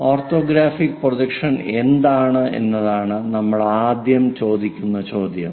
orthographic projection എന്താണ് എന്നതാണ് നമ്മൾ ആദ്യം ചോദിക്കുന്ന ചോദ്യം